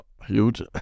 huge